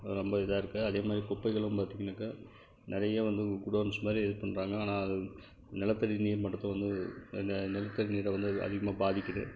ரொம்ப இதாக இருக்குது அதே மாதிரி குப்பைகளும் பார்த்தீங்கன்னாக்கா நிறைய வந்து குடோன்ஸ் மாதிரி இது பண்ணுறாங்க ஆனால் நிலத்தடி நீர்மட்டத்தை வந்து நிலத்தடி நீரை வந்து அதிகமாக பாதிக்குது